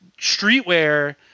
streetwear